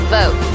vote